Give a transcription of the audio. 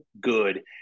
good